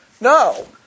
No